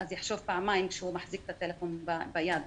הוא יחשוב פעמיים כשהוא מחזיק את הטלפון ביד.